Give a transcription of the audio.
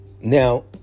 Now